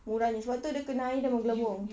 murah punya sebab itu dia kena air dah menggelembung